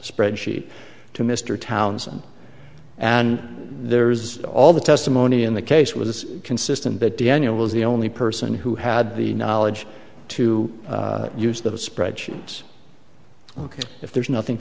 spreadsheet to mr townson and there's all the testimony in the case was consistent that daniel was the only person who had the knowledge to use the spreadsheets because if there's nothing